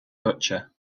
butcher